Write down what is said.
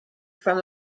from